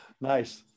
nice